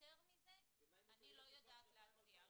יותר מזה אני לא יודעת להציע.